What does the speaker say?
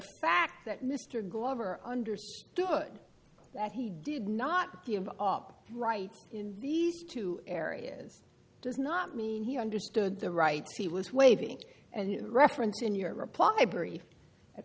fact that mr glover understood that he did not give up right these two areas does not mean he understood the rights he was waving and reference in your reply brief at